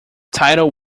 title